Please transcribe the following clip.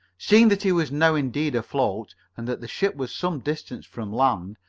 seeing that he was now indeed afloat, and that the ship was some distance from land,